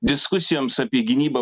diskusijoms apie gynybą